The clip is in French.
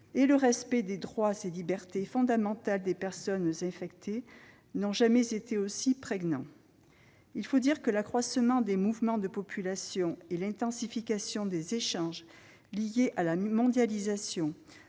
le respect des droits et libertés fondamentales des personnes infectées n'a jamais été aussi prégnante. Il faut dire que l'accroissement des mouvements de population et l'intensification des échanges liée à la mondialisation